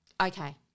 Okay